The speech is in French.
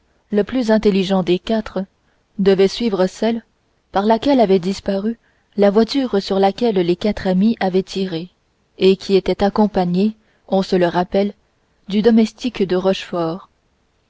le plus intelligent des quatre devait suivre celle par laquelle avait disparu la voiture sur laquelle les quatre amis avaient tiré et qui était accompagnée on se le rappelle du domestique de